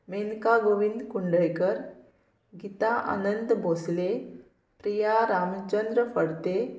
Menaka Govind Kundaikar Geeta Anant Bhosale Priya Ramchandra Phadte